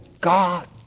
God